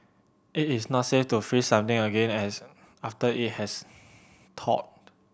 it is not safe to freeze something again as after it has thawed